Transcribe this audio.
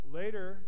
later